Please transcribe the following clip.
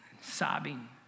sobbing